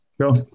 Go